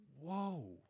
whoa